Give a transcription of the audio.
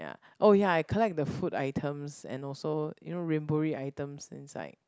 ya oh ya I collect the food items and also you know rainbowry items inside